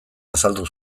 azaldu